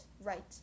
right